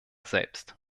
selbst